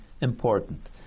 important